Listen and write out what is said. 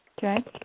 Okay